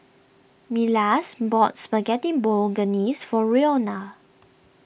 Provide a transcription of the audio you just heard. Milas bought Spaghetti Bolognese for Roena